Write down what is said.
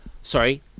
Sorry